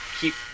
keep